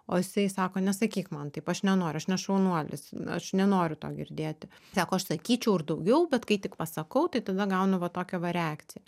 o jisai sako nesakyk man taip aš nenoriu aš ne šaunuolis aš nenoriu to girdėti sako aš sakyčiau ir daugiau bet kai tik pasakau tai tada gaunu va tokią va reakciją